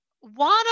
one